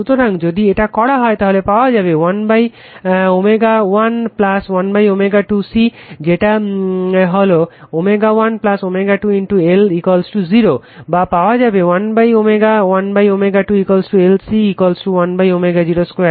সুতরাং যদি এটা করা হয় তাহলে পাওয়া যাবে 11ω 1 1ω2 C যেটা হলো ω 1 ω2 L 0 বা পাওয়া যাবে 1ω 1 ω2 LC 1ω0 2